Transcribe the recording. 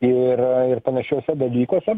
ir ir panašiuose dalykuose